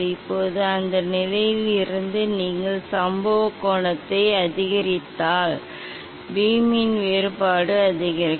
இப்போது அந்த நிலையில் இருந்து நீங்கள் சம்பவ கோணத்தை அதிகரித்தால் பீமின் வேறுபாடு அதிகரிக்கும்